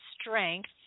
strength